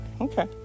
Okay